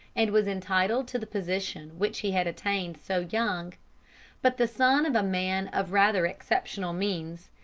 and was entitled to the position which he had attained so young but, the son of a man of rather exceptional means,